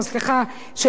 שנמצאים כאן,